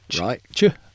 Right